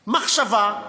מחשבה,